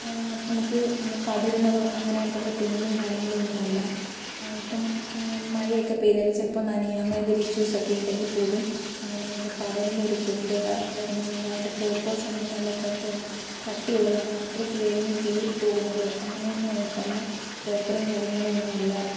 നമുക്ക് പടരുന്നതോ അങ്ങനെയായിട്ടുള്ള പ്രിൻറ്റും കാര്യങ്ങളൊന്നും അല്ല ഇപ്പം മഴയൊക്കെ പെയ്താൽ ചിലപ്പോൾ നനയും അങ്ങനെ എന്തെങ്കിലും ഇഷ്യൂസ് ഒക്കെ ഉണ്ടെങ്കിൽ പോലും അങ്ങനെ ഇത് പടരുന്ന ഒരു പ്രിൻറ്റോ കാര്യങ്ങളൊന്നും അല്ല പെപ്പേഴ്സ് ആണെങ്കിലും നല്ല കട് കട്ടിയുള്ളതാണ് അത്രയ്ക്ക് വേഗം കീറിപ്പോകുന്നതോ അങ്ങനെയൊന്നും ഉള്ള പേപ്പറും കാര്യങ്ങളൊന്നും അല്ല